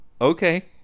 okay